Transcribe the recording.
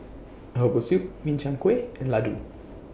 Herbal Soup Min Chiang Kueh and Laddu